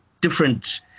different